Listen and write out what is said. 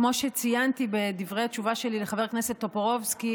כמו שציינתי בדברי התשובה שלי לחבר הכנסת טופורובסקי,